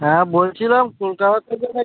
হ্যাঁ বলছিলাম কলকাতা থেকে নাকি